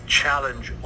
challenge